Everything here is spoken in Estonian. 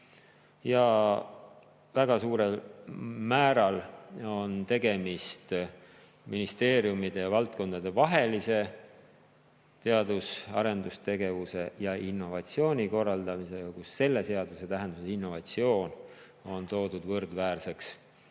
Väga suurel määral on tegemist ministeeriumide- ja valdkondadevahelise teadus- ja arendustegevuse ning innovatsiooni korraldamisega, kusjuures selle seaduse tähenduses innovatsioon on saanud võrdväärseks